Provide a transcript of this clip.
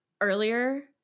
earlier